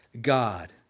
God